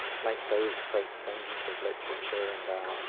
like those great things of literature and art,